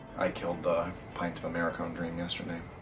i killed pint of americone dream yesterday.